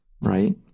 right